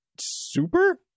super